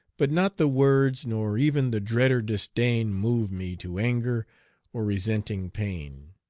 but not the words nor even the dreader disdain move me to anger or resenting pain.